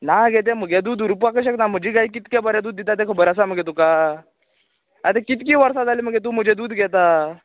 ना गे तें म्हगे दूद उरपाकूत शकता म्हजी गाय कितकें बरें दूद दिता तें खबर आसा मगे तुका आतां कितकीं वर्सां जालीं मगे तूं म्हुजें दूद घेता